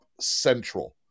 central